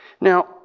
Now